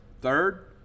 third